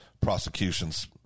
prosecution's